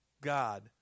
God